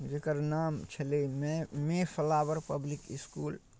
जकर नाम छलै मे मे फ्लावर पब्लिक इसकुल